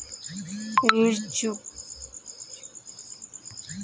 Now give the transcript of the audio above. ऋण चुकौती की क्या क्या शर्तें होती हैं बताएँ?